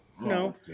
no